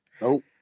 Nope